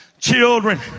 Children